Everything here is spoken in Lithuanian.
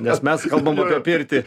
nes mes kalbam apie pirtį